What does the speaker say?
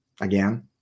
Again